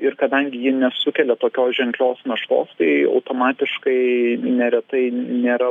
ir kadangi ji nesukelia tokios ženklios naštos tai automatiškai neretai nėra